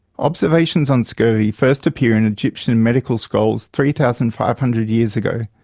observations on scurvy first appear in egyptian medical scrolls three thousand five hundred years ago,